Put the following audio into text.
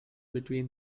between